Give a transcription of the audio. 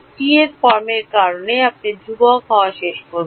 টি এর ফর্মের কারণে আপনি ধ্রুবক হওয়া শেষ করবেন